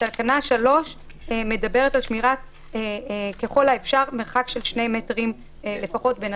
ותקנה 3 מדברת על שמירת מרחק של 2 מטרים לפחות ככל האפשר,